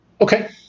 Okay